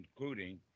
including